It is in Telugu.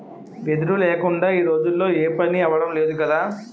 వెదురు లేకుందా ఈ రోజుల్లో ఏపనీ అవడం లేదు కదా